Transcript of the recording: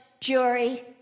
jury